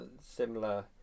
similar